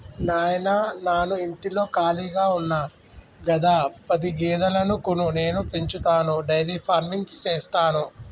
నాయిన నాను ఇంటిలో కాళిగా ఉన్న గదా పది గేదెలను కొను నేను పెంచతాను డైరీ ఫార్మింగ్ సేస్తాను